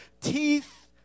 teeth